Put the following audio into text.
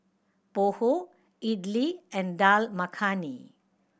Pho Idili and Dal Makhani